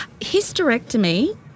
Hysterectomy